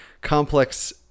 complex